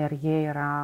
ir jie yra